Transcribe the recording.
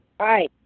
Hi